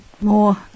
more